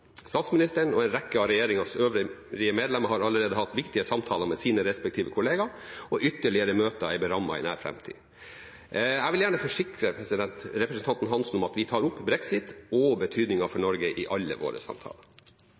Statsministeren og en rekke av regjeringens øvrige medlemmer har allerede hatt viktige samtaler med sine respektive kolleger, og ytterligere møter er berammet i nær framtid. Jeg vil gjerne forsikre representanten Hansen om at vi tar opp brexit og betydningen for Norge i alle våre samtaler.